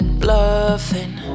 bluffing